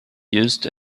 used